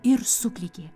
ir suklykė